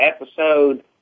episode